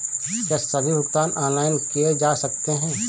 क्या सभी भुगतान ऑनलाइन किए जा सकते हैं?